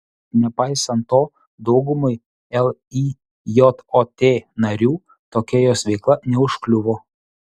nepaisant to daugumai lijot narių tokia jos veikla neužkliuvo